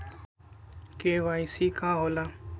KYC का होला?